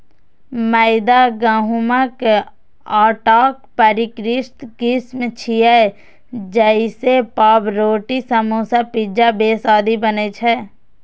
मैदा गहूंमक आटाक परिष्कृत किस्म छियै, जइसे पावरोटी, समोसा, पिज्जा बेस आदि बनै छै